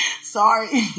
Sorry